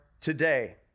today